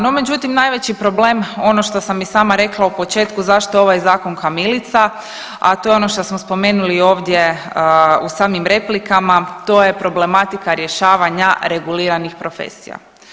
No, međutim, najveći problem, ono što sam i sama rekla u početku, zašto je ovaj Zakon kamilica, a to je ono što smo spomenuli i ovdje u samim replikama, to je problematika rješavanja reguliranih profesija.